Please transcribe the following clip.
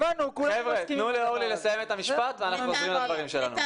תנו לאורלי לסיים את המשפט ואנחנו ממשיכים בדיון.